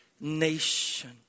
nation